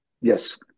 Yes